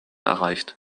erreicht